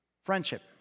Friendship